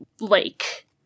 lake